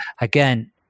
again